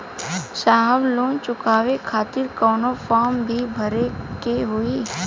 साहब लोन चुकावे खातिर कवनो फार्म भी भरे के होइ?